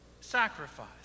sacrifice